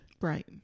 Right